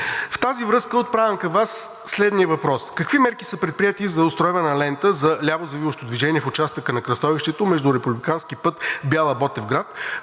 В тази връзка отправям към Вас следния въпрос: какви мерки са предприети за устройване на лента за лявозавиващо движение в участъка на кръстовището между републикански път I-3 Бяла – Ботевград